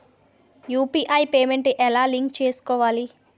UPI payment ఎలా link చేసుకోవాలి?